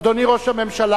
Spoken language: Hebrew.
אדוני ראש הממשלה,